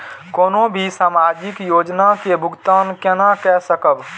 कोनो भी सामाजिक योजना के भुगतान केना कई सकब?